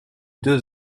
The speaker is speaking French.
deux